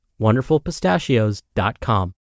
WonderfulPistachios.com